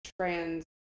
trans